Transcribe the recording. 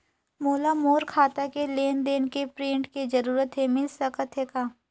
मोला मोर खाता के लेन देन के प्रिंट के जरूरत हे मिल सकत हे का?